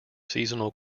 seasonal